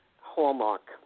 Hallmark